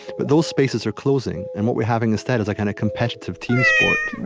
but those spaces are closing. and what we're having instead is a kind of competitive team sport,